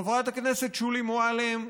חברת הכנסת שולי מועלם,